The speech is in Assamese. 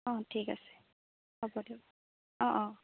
অঁ ঠিক আছে হ'ব দিয়ক অঁ অঁ